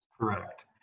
Correct